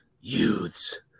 youths